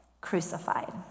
crucified